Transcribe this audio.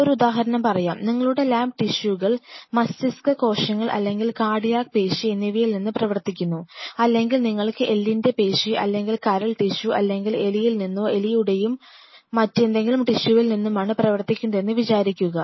ഒരു ഉദാഹരണം പറയാം നിങ്ങളുടെ ലാബ് ടിഷ്യൂകൾ മസ്തിഷ്ക കോശങ്ങൾ അല്ലെങ്കിൽ കാർഡിയാക് പേശി എന്നിവയിൽ നിന്ന് പ്രവർത്തിക്കുന്നു അല്ലെങ്കിൽ നിങ്ങൾക്ക് എല്ലിൻറെ പേശി അല്ലെങ്കിൽ കരൾ ടിഷ്യു അല്ലെങ്കിൽ എലിയിൽ നിന്നോ എലിയുടെയോ മറ്റേതെങ്കിലും ടിഷ്യുവിൽ നിന്നുമാണ് പ്രവർത്തിക്കുന്നതെന്ന് വിചാരിക്കുക